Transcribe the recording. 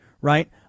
right